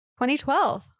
2012